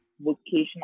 vocational